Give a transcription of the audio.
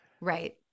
Right